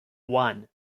one